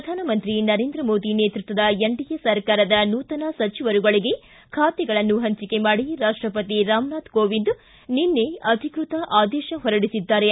ಪ್ರಧಾನಮಂತ್ರಿ ನರೇಂದ್ರ ಮೋದಿ ನೇತೃತ್ವದ ಎನ್ಡಿಎ ಸರ್ಕಾರದ ನೂತನ ಸಚಿವರುಗಳಿಗೆ ಖಾತೆಗಳನ್ನು ಹಂಚಿಕೆ ಮಾಡಿ ರಾಪ್ಟಪತಿ ರಾಮನಾಥ ಕೋವಿಂದ್ ನಿನ್ನೆ ಅಧಿಕೃತ ಆದೇಶ ಹೊರಡಿಸಿದ್ದಾರೆ